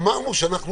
אמרנו שאנחנו